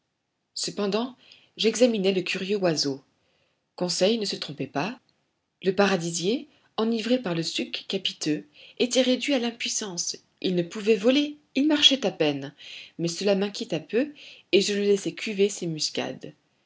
cependant j'examinais le curieux oiseau conseil ne se trompait pas le paradisier enivré par le suc capiteux était réduit à l'impuissance il ne pouvait voler il marchait à peine mais cela m'inquiéta peu et je le laissai cuver ses muscades